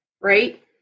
right